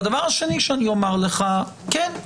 והדבר השני שאני אומר לך הוא כן,